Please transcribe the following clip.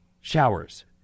showers